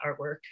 artwork